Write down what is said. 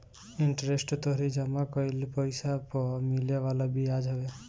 interest तोहरी जमा कईल पईसा पअ मिले वाला बियाज हवे